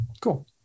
cool